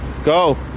Go